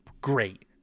Great